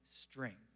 strength